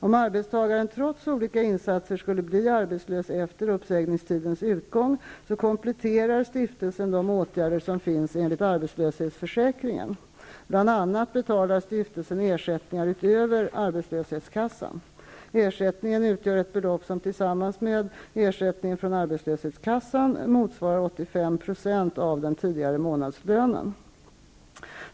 Om arbetstagaren trots olika insatser skulle bli arbetslös efter uppsägningstidens utgång kompletterar stiftelsen de åtgärder som finns en ligt arbetslöshetsförsäkringen. Bl.a. betalar stiftelsen ersättningar utöver ar betslöshetskassa. Ersättningen utgör ett belopp som tillsammans med ersätt ningen från arbetslöshetskassan motsvarar 85 % av den tidigare månadslö nen.